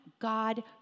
God